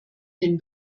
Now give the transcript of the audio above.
den